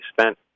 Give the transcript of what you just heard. spent